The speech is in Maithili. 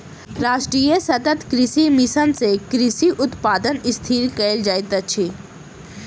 राष्ट्रीय सतत कृषि मिशन सँ कृषि उत्पादन स्थिर कयल जाइत अछि